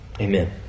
Amen